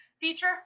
feature